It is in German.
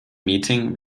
meeting